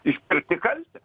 išpirkti kaltę